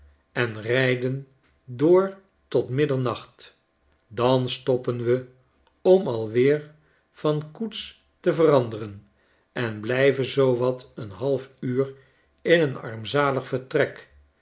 en rijden door tot middernacht dan stoppen we om alweer van koets te veranderen en blijven zoo wat een half uur in een armzalig vertrek